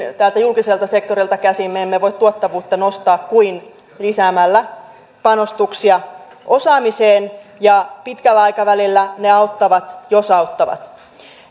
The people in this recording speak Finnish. täältä julkiselta sektorilta käsin me emme voi tuottavuutta nostaa kuin lisäämällä panostuksia osaamiseen ja pitkällä aikavälillä ne auttavat jos auttavat